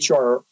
HR